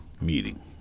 meeting